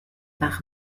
par